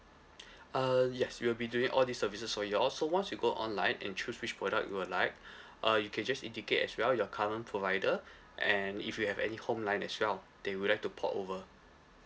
uh yes we'll be doing all these services for you all so once you go online and choose which product you would like uh you can just indicate as well your current provider and if you have any home line as well they would like to port over